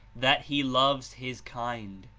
that he loves his kind.